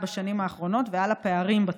בנושא בשנים האחרונות ועל הפערים בתחום.